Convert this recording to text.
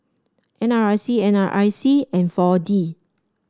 N R I C N R I C and four D